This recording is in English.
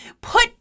put